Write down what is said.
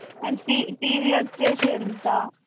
and T TV వచ్చి ఎంత